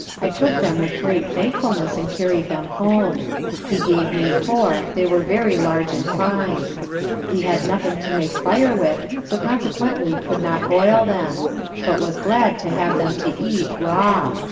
i took them with great thankfulness and carried them home he gave me four, they were very large and fine we had nothing to make fire with, so consequently could not boil them but was glad to have them to eat raw.